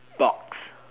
box